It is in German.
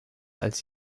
als